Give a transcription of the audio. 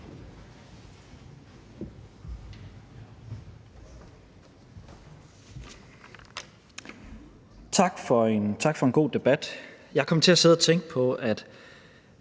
Tak for en god debat. Jeg kom til at sidde og tænke på